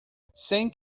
sem